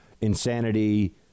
insanity